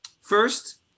first